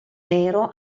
nero